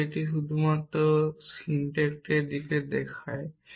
কিন্তু এটি শুধুমাত্র সিনট্যাক্সের দিকেই দেখায়